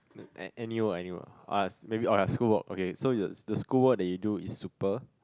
any work ah any work ah uh maybe oh ya school work okay so you the school work that you do is super